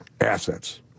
assets